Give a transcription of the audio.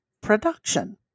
production